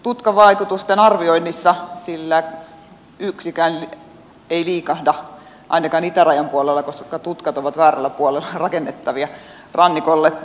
tutkavaikutusten arvioinnissa sillä yksikään ei liikahda ainakaan itärajan puolella koska tutkat ovat väärällä puolella rakennettavia rannikolle